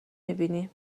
میبینی